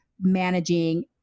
managing